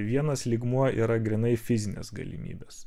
vienas lygmuo yra grynai fizinės galimybės